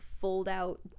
fold-out